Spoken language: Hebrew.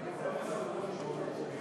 התשע"ז 2017,